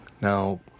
Now